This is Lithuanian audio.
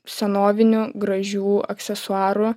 senovinių gražių aksesuarų